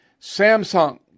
Samsung